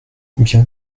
bien